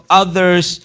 others